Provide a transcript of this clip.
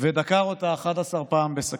ודקר אותה 11 פעם בסכין.